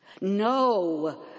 No